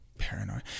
paranoid